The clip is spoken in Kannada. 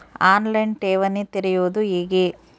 ಆನ್ ಲೈನ್ ಠೇವಣಿ ತೆರೆಯುವುದು ಹೇಗೆ?